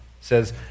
says